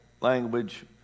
language